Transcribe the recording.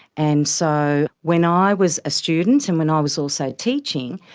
and so when i was a student and when i was also teaching,